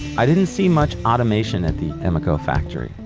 i didn't see much automation at the emeco factory.